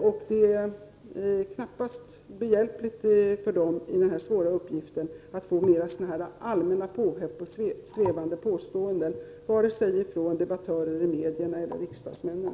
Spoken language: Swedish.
I denna svåra uppgift är de knappast hjälpta av att få höra svävande påståenden, vare sig de kommer från debattörer i medierna eller från riksdagsmännen.